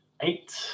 eight